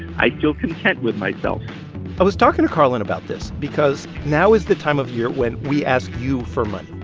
i feel content with myself i was talking to karlan about this because now is the time of year when we ask you for money.